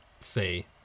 say